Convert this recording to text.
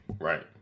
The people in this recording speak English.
Right